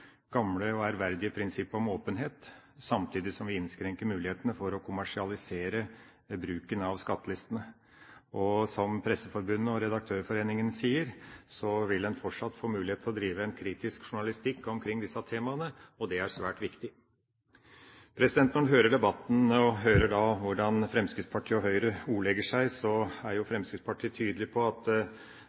gamle og ærverdige prinsippet om åpenhet, samtidig som vi innskrenker mulighetene for å kommersialisere bruken av skattelistene. Og som Presseforbundet og Redaktørforeningen sier, vil en fortsatt få mulighet til å drive en kritisk journalistikk omkring disse temaene. Det er svært viktig. Når en hører debatten og hvordan Fremskrittspartiet og Høyre ordlegger seg, er Fremskrittspartiet tydelig på at